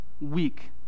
weak